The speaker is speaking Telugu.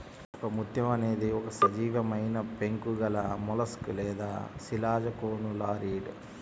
ఒకముత్యం అనేది ఒక సజీవమైనపెంకు గలమొలస్క్ లేదా శిలాజకోనులారియిడ్